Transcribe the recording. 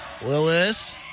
Willis